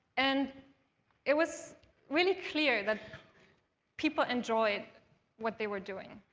and it was really clear that people enjoyed what they were doing,